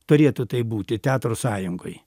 turėtų taip būti teatro sąjungoj